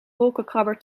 wolkenkrabber